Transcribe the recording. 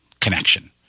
connection